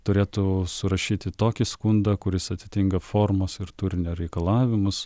turėtų surašyti tokį skundą kuris atitinka formos ir turinio reikalavimus